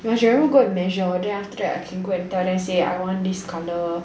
you must remember go and measure then after that I can go and tell them say I want this colour then how many C_M